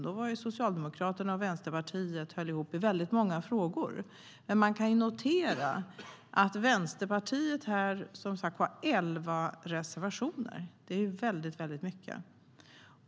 Då höll Socialdemokraterna och Vänsterpartiet ihop i många frågor, men man kan nu notera att Vänsterpartiet har 11 reservationer i detta betänkande. Det är väldigt mycket.